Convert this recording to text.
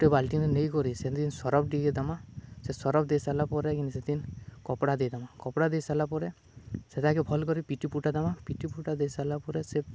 ଗୁଟେ ବାଲ୍ଟିନେ ନେଇକରି ସେ ସରଫ୍ ଟିକେ ଦେମା ସେ ସରଫ୍ ଦେଇ ସାର୍ଲା ପରେ ସେଦିନ କପ୍ଡ଼ା ଦେଇଦେମା କପ୍ଡ଼ା ଦେଇ ସାରିଲା ପରେ ସେଟାକେ ଭଲ୍ କରି ପିଟି ପୁଟା ଦେମା ପିଟି ପୁଟା ଦେଇ ସାର୍ଲା ପରେ ସେ